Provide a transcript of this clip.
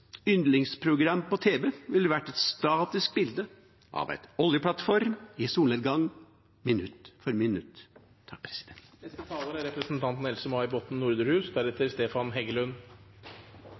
yndlingsprogram på tv ville vært et statisk bilde av en oljeplattform i solnedgang, minutt for minutt. Ja, dette er